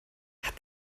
hat